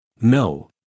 No